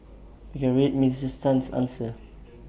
you can read Minister Tan's answer